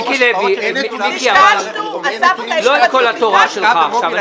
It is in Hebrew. מיקי לוי, אבל לא את כל התורה שלך עכשיו.